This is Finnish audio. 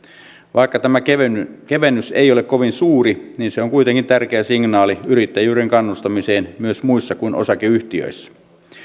vaikka tämä kevennys kevennys ei ole kovin suuri niin se on kuitenkin tärkeä signaali yrittäjyyden kannustamiseen myös muissa kuin osakeyhtiöissä